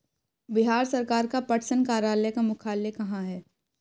बिहार सरकार का पटसन कार्यालय का मुख्यालय कहाँ है?